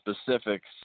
specifics